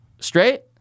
Straight